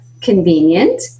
convenient